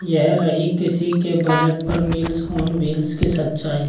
यह रही किसी के बजट पर मील्स ऑन व्हील्स की सच्चाई